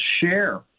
share